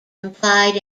implied